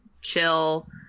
chill